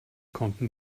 konnten